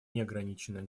неограниченное